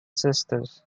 sisters